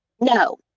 No